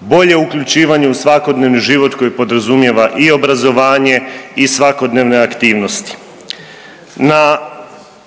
bolje uključivanje u svakodnevni život koji podrazumijeva i obrazovanje i svakodnevne aktivnosti. Na